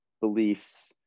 beliefs